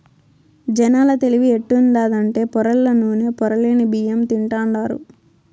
జనాల తెలివి ఎట్టుండాదంటే పొరల్ల నూనె, పొరలేని బియ్యం తింటాండారు